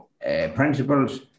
principles